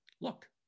Look